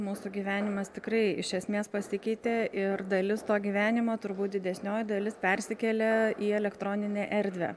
mūsų gyvenimas tikrai iš esmės pasikeitė ir dalis to gyvenimo turbūt didesnioji dalis persikėlė į elektroninę erdvę